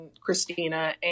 Christina